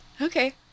Okay